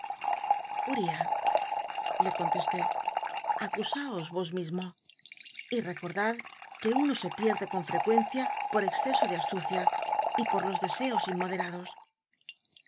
uriah le contesté acusaos vos mismo y recordad que uno se pierde con ftccucncia por exceso de astucia y pot los deseos inmodcl'ados